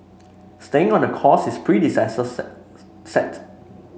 staying on the course his predecessor set